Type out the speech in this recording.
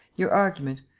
your argument,